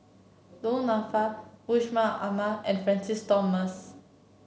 Du Nanfa Yusman Aman and Francis Thomas